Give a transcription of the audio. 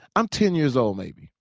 i'm ten years old, maybe.